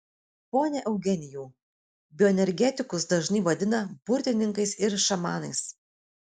pone eugenijau bioenergetikus dažnai vadina burtininkais ir šamanais